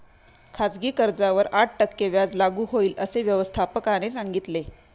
खाजगी कर्जावर आठ टक्के व्याज लागू होईल, असे व्यवस्थापकाने सांगितले